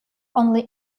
only